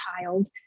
child